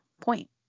point